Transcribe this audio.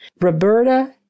Roberta